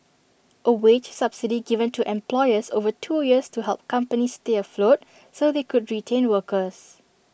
A wage subsidy given to employers over two years to help companies stay afloat so they could retain workers